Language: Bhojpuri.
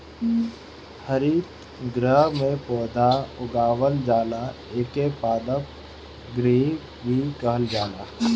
हरितगृह में पौधा उगावल जाला एके पादप गृह भी कहल जाला